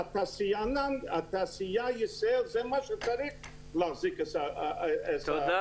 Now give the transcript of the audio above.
אבל התעשייה בישראל היא זו שצריכה להחזיק את המדינה.